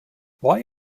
why